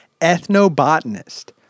ethnobotanist